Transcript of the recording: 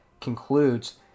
concludes